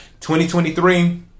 2023